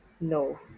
no